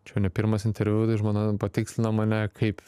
čia ne pirmas interviu žmona patikslina mane kaip